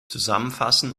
zusammenfassen